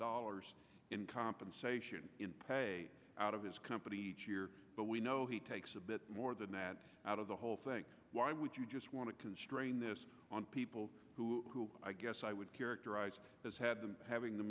dollars in compensation out of his company each year but we know he takes a bit more than that out of the whole thing why would you just want to constrain this on people who i guess i would characterize as had them having the